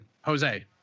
Jose